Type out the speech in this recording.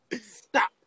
stop